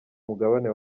mugabane